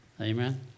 Amen